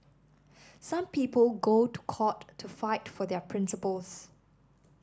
some people go to court to fight for their principles